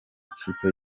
ikipe